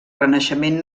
renaixement